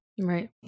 Right